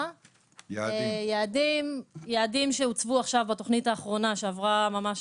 יעדים שהוצבו בתוכנית האחרונה שעברה ממש